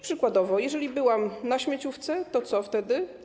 Przykładowo, jeżeli byłam na śmieciówce, to co wtedy?